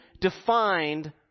defined